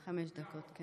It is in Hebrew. חמש דקות.